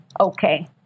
okay